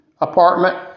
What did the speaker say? apartment